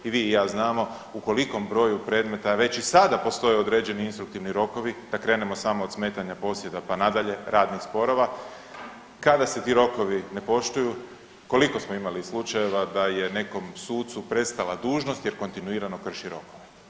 I vi i ja znamo u kolikom broju predmeta već i sada postoje određeni instruktivni rokovi, da krenemo samo od smetanja posjeda, pa nadalje, radnih sporova, kada se ti rokovi ne poštuju, koliko smo imali slučajeva da je nekom sucu prestala dužnost jer kontinuirano krši rok?